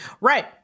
right